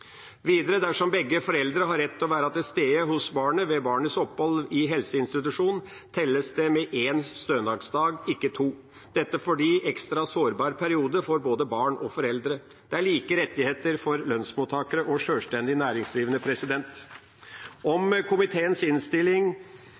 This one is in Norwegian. Videre, dersom begge foreldre har rett til å være til stede hos barnet ved barnets opphold i helseinstitusjon, telles det med én stønadsdag, ikke to, dette fordi det er en ekstra sårbar periode for både barn og foreldre. Det er like rettigheter for lønnsmottakere og sjølstendig næringsdrivende. Om